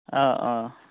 অঁ অঁ